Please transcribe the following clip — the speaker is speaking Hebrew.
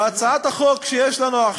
בהצעת החוק שיש לנו עכשיו,